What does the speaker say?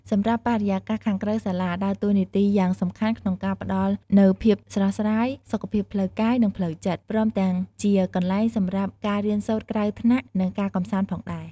សម្រាប់បរិយាកាសខាងក្រៅសាលាដើរតួនាទីយ៉ាងសំខាន់ក្នុងការផ្ដល់នូវភាពស្រស់ស្រាយ សុខភាពផ្លូវកាយ និងផ្លូវចិត្ត ព្រមទាំងជាកន្លែងសម្រាប់ការរៀនសូត្រក្រៅថ្នាក់ និងការកម្សាន្តផងដែរ។